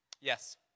Yes